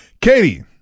Katie